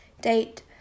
Date